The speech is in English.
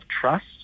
trust